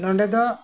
ᱱᱚᱰᱮ ᱫᱚ